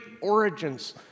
origins